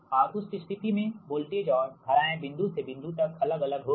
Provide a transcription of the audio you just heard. और उस स्थिति में वोल्टेज और धाराएं बिंदु से बिंदु तक अलग अलग होंगी